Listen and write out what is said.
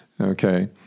Okay